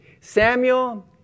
Samuel